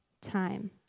time